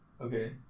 Okay